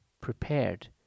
prepared